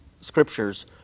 scriptures